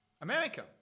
America